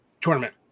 tournament